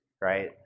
right